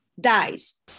dies